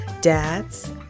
Dads